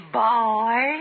boy